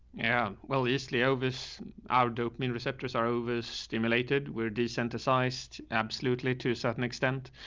and well, this layovers are, dopamine receptors are over stimulated. we're decent sized. absolutely. to certain extent.